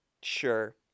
Sure